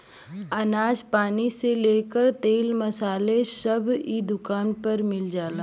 अनाज पानी से लेके तेल मसाला सब इ दुकान पर मिल जाला